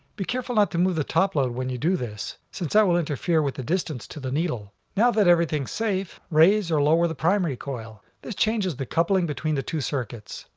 be careful not to move the topload when you do this, since that will interfere with the distance to the needle. now that everything's safe, raise or lower the primary coil. this changes the coupling between the two circuits.